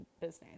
business